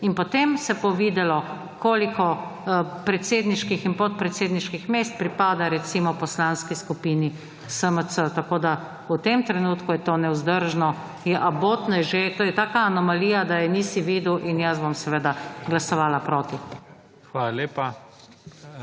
In potem se bo videlo, koliko predsedniških in podpredsedniških mest pripada recimo Poslanski skupini SMC. Tako da v tem trenutku je to nevzdržno in abotno je že, to je taka anomalija, da je nisi videl. In jaz bom seveda glasovala proti.